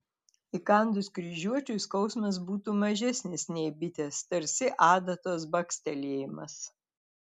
įkandus kryžiuočiui skausmas būtų mažesnis nei bitės tarsi adatos bakstelėjimas